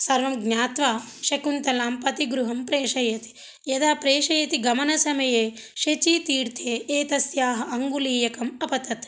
सर्वं ज्ञात्वा शकुन्तलां पतिगृहं प्रेषयति यदा प्रेषयति गमनसमये शचीतीर्थे एतस्याः अङ्गुलीयकम् अपतत्